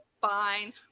Fine